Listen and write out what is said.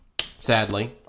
sadly